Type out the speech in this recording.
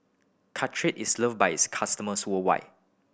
caltrate is loved by its customers worldwide